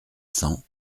cent